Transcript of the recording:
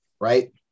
right